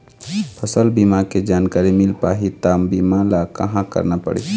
फसल बीमा के जानकारी मिल पाही ता बीमा ला कहां करना पढ़ी?